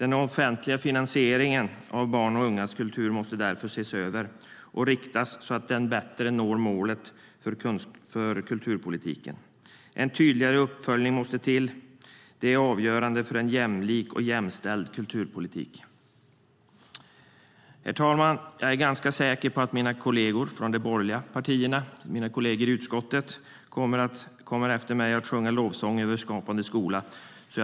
Den offentliga finansieringen av barns och ungas kultur måste därför ses över och riktas så att den bättre når målet för kulturpolitiken. Det är avgörande för en jämlik och jämställd kulturpolitik. Herr talman! Jag är ganska säker på att mina kolleger från de borgerliga partierna och mina kolleger i utskottet kommer att sjunga lovsånger över Skapande skola.